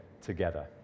together